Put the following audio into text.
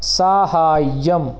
सहाय्यम्